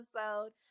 episode